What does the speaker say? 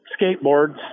skateboards